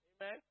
Amen